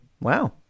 Wow